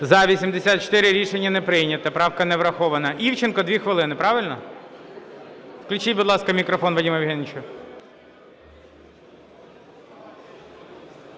За-84 Рішення не прийнято. Правка не врахована. Івченко – 2 хвилини. Правильно? Включіть, будь ласка, мікрофон Вадиму Євгеновичу.